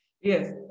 Yes